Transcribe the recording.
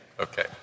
Okay